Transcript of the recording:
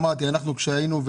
אמרתי שכאשר אנחנו היינו,